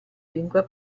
lingua